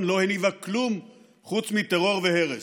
לא הניבה כלום חוץ מטרור והרס.